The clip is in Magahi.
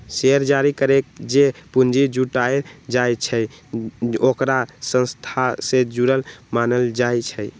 शेयर जारी करके जे पूंजी जुटाएल जाई छई ओकरा संस्था से जुरल मानल जाई छई